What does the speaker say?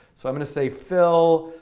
so i'm going to say fill,